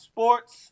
Sports